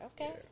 okay